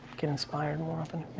get inspired more often.